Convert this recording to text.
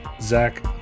Zach